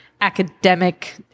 academic